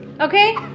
Okay